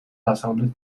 დასავლეთ